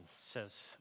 says